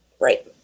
Right